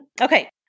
Okay